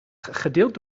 gedeeld